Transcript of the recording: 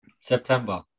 September